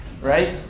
right